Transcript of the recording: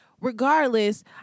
Regardless